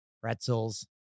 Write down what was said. pretzels